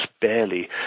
barely